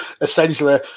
essentially